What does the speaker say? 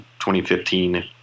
2015